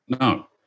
No